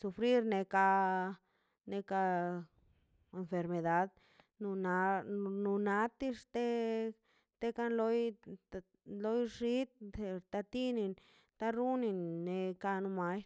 sufrir mela neka enfermedad nuna nudatixte te kan loi loi xid dettatini ta runin nekan bual